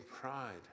pride